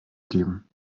geben